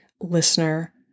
listener